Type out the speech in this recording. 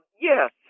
Yes